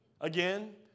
Again